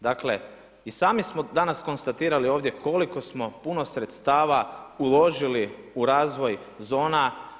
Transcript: Dakle i sami smo danas konstatirali ovdje koliko smo puno sredstava uložili u razvoj zona.